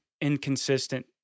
inconsistent